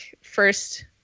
first